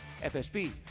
FSB